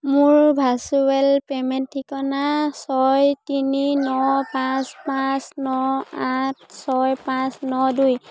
মোৰ virtual payment ঠিকনা ছয় তিনি ন পাঁচ পাঁচ ন আঠ ছয় পাঁচ ন দুই